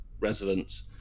residents